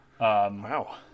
Wow